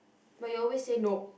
but you always say no